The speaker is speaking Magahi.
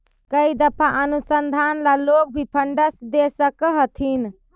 कई दफा अनुसंधान ला लोग भी फंडस दे सकअ हथीन